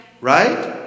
Right